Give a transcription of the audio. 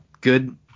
good